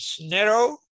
narrow